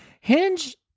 Hinge